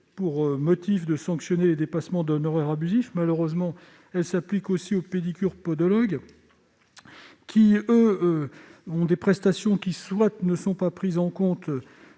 pour motif de sanctionner les dépassements d'honoraires abusifs. Malheureusement, elle s'applique aussi aux pédicures-podologues, dont les prestations ne sont pas prises en compte